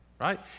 Right